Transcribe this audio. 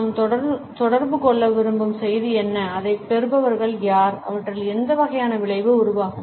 நாம் தொடர்பு கொள்ள விரும்பும் செய்தி என்ன அதைப் பெறுபவர்கள் யார் அவற்றில் எந்த வகையான விளைவு உருவாகும்